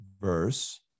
verse